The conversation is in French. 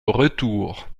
retour